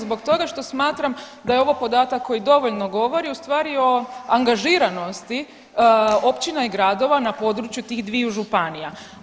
Zbog toga što smatram da je ovo podatak koji dovoljno govori ustvari o angažiranosti općina i gradova na području tih dviju županija.